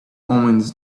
omens